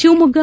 Shivamogga